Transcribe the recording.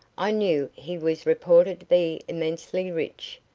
i knew he was reported to be immensely rich,